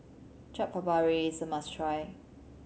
Chaat Papri is a must try